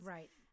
Right